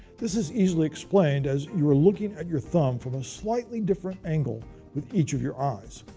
this is easily explained as you are looking at your thumb from a slightly different angle with each of your eyes.